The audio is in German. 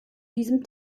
diesem